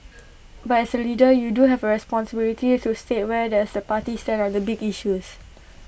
but as A leader you do have A responsibility to state where does the party stand on the big issues